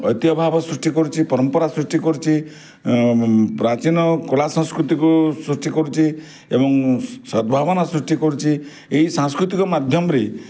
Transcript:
ଐତିହଭାବ ସୃଷ୍ଟି କରୁଛି ପରମ୍ପରା ସୃଷ୍ଟି କରୁଛି ପ୍ରାଚୀନ କଳା ସଂସ୍କୃତିକୁ ସୃଷ୍ଟି କରୁଛି ଏବଂ ସଦ୍ଭାବନା ସୃଷ୍ଟି କରୁଛି ଏଇ ସାସ୍କୃତିକ ମାଧ୍ୟମରେ